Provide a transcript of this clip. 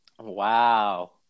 Wow